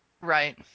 Right